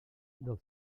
del